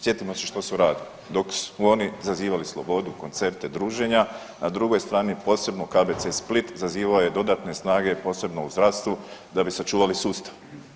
Sjetimo se što su radili, dok su oni zazivali slobodu, koncepte druženja na drugoj strani posebno KBC Split zazivao je dodatne snage posebno u zdravstvu da bi sačuvali sustav.